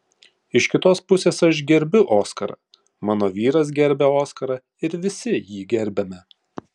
iš kitos pusės aš gerbiu oskarą mano vyras gerbia oskarą ir visi jį gerbiame